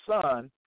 son